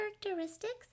characteristics